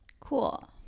Cool